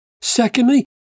Secondly